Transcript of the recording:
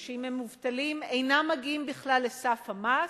או שאם הם מובטלים אינם מגיעים בכלל לסף המס,